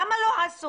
למה לא עשו?